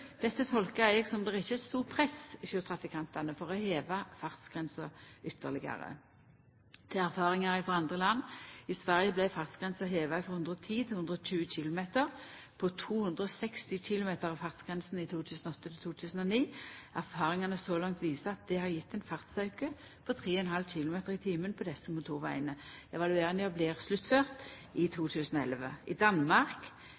Dette tolkar eg som at det ikkje er eit stort press hjå trafikantane for å heva fartsgrensa ytterlegare, etter erfaringar frå andre land. I Sverige vart fartsgrensa heva frå 110 til 120 km/t på 260 km av motorvegnettet, som ledd i ein større revisjon av fartsgrensene i 2008–2009. Erfaringane så langt viser at det har gjeve ein fartsauke på 3,5 km/t på desse motorvegane. Evalueringa blir sluttført i